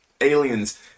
aliens